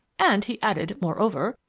and he added, moreover,